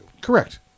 Correct